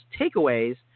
takeaways